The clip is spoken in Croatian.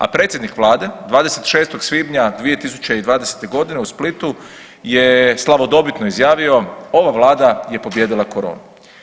A predsjednik vlade 26. svibnja 2020.g. u Splitu je slavodobitno izjavio ova vlada je pobijedila koronu.